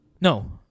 no